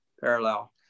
parallel